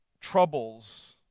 troubles